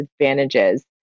advantages